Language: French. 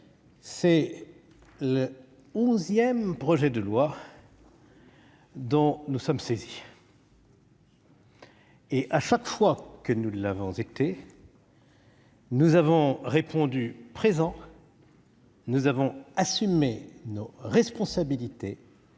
c'est le onzième projet de loi dont nous sommes saisis. Chaque fois que nous l'avons été, nous avons répondu présents : nous avons assumé nos responsabilités